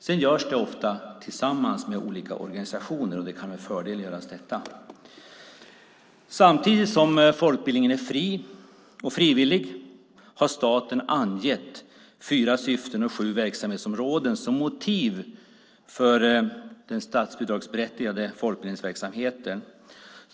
Detta görs ofta tillsammans med olika organisationer, och det kan vara en fördel. Samtidigt som folkbildningen är fri och frivillig har staten angett fyra syften och sju verksamhetsområden som motiv för den statsbidragsberättigade folkbildningsverksamheten. Fru talman!